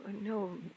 No